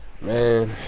Man